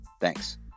Thanks